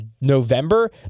November